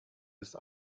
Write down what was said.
ist